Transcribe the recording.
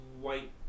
white